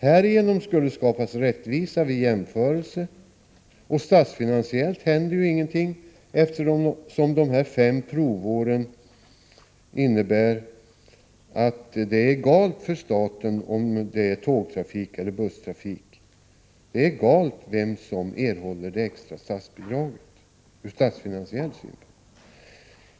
Härigenom skulle skapas rättvisa vid jämförelse och statsfinansiellt händer ingenting under de fem provåren, eftersom det för staten är egalt om tågtrafiken eller busstrafiken erhåller det extra statsbidraget.